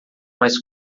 mais